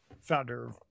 founder